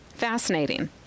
fascinating